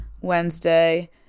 Wednesday